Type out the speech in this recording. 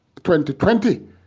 2020